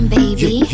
baby